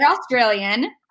Australian